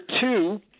two